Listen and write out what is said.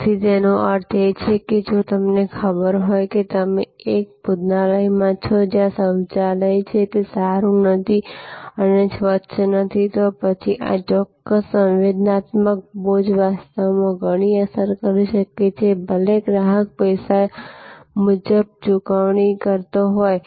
તેથીતેનો અર્થ એ કે જો તમને ખબર હોય કે તમે એક ભોજનાલયમાં છો જ્યાં શૌચાલય છે તે સારું નથી અને તે સ્વચ્છ નથી તો પછી આ ચોક્કસ સંવેદનાત્મક બોજ વાસ્તવમાં ઘણી અસર કરી શકે છે ભલે ગ્રાહક પૈસા મુજબ ચૂકવણી કરતો હોય